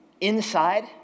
Inside